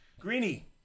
Greenie